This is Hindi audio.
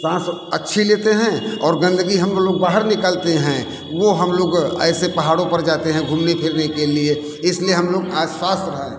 साँस अच्छी लेते हैं और गंदगी हम लोग बाहर निकालते हैं वो हम लोग ऐसे पहाड़ों पर जाते हैं घूमने फिरने के लिए इसलिए हम लोग आज स्वस्थ हैं